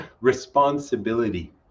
responsibility